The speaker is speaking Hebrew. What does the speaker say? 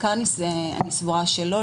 אני סבורה שלא.